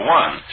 one